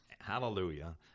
Hallelujah